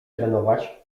trenować